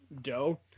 dough